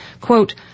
Quote